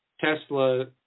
Tesla